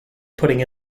putting